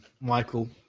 Michael